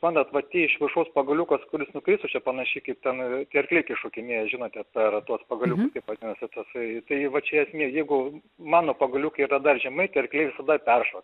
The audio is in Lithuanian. pamenat va tie iš viršaus pagaliukas kuris nukris aš čia panašiai kaip ten tie arkliai kai šokinėja žinot ten per tuos pagaliuk vadinasi tasai tai va čia esmė ir jeigu mano pagaliukai yra dar žemai tai arkliai visada peršoks